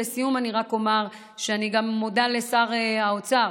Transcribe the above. לסיום אני רק אומר שאני גם מודה לשר האוצר